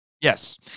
Yes